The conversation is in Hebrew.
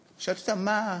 שאלתי אותה: מה,